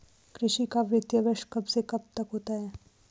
कृषि का वित्तीय वर्ष कब से कब तक होता है?